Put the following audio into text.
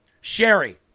Sherry